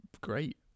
great